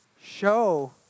show